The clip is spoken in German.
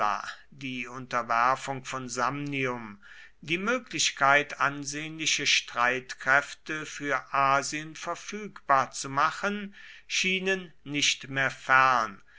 die unterwerfung von samnium die möglichkeit ansehnliche streitkräfte für asien verfügbar zu machen schienen nicht mehr fern